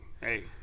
hey